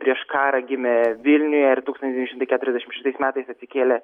prieš karą gimė vilniuje ir tūkstantis devyni šimtai keturiasdešim šeštais metais atsikėlė